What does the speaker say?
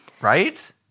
right